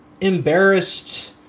embarrassed